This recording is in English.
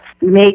make